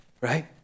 right